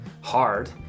hard